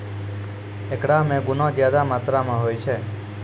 एकरा मे गुना ज्यादा मात्रा मे होय छै